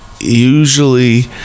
usually